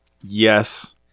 Yes